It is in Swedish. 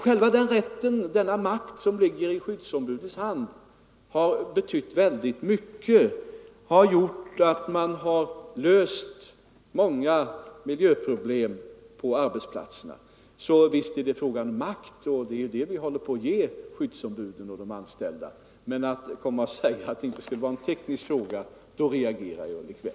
Själva den rätten —- denna makt som ligger i skyddsombudens hand — har betytt mycket och gjort att många miljöproblem på arbetsplatserna kunnat lösas, så visst är det en fråga om makt. Det är ju makt vi försöker ge skyddsombuden och de anställda, men kom inte och säg att detta inte skulle vara en teknisk fråga — då reagerar jag likväl!